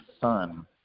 son –